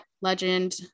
legend